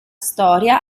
storia